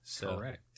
Correct